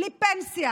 בלי פנסיה